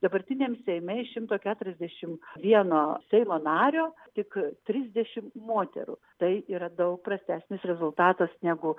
dabartiniam seime iš šimto keturiasdešimt vieno seimo nario tik trisdešimt moterų tai yra daug prastesnis rezultatas negu